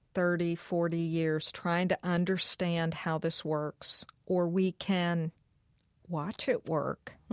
thirty, forty years trying to understand how this works, or we can watch it work